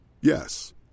Yes